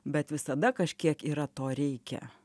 bet visada kažkiek yra to reikia